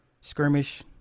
skirmish